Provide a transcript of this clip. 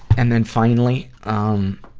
and then, finally, um,